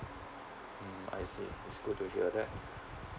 mm I see it's good to hear that